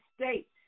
state